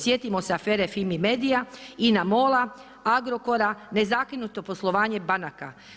Sjetimo se afere FIMI-MEDIA, INA-MOL-a, Agrokora, nezakonito poslovanje banaka.